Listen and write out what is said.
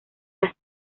las